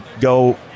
go